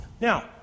Now